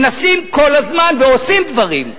מנסים כל הזמן ועושים דברים,